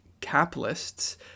capitalists